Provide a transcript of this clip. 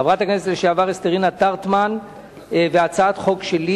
חברת הכנסת לשעבר אסתרינה טרטמן והצעת חוק שלי.